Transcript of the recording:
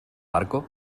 barco